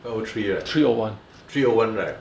five O three right three O one right